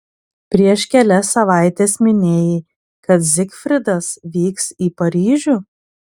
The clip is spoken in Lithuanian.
prieš kelias savaites minėjai kad zigfridas vyks į paryžių